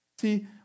See